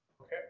Okay